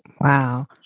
Wow